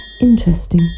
Interesting